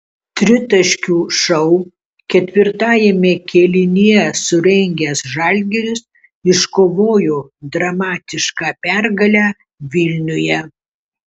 tritaškių šou ketvirtajame kėlinyje surengęs žalgiris iškovojo dramatišką pergalę vilniuje